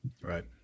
Right